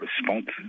responses